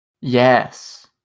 Yes